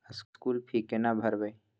School fee केना भरबै?